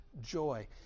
joy